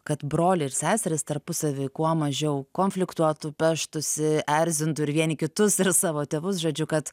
kad broliai ir seserys tarpusavy kuo mažiau konfliktuotų peštųsi erzintų ir vieni kitus ir savo tėvus žodžiu kad